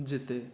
जिते